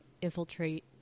infiltrate